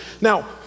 Now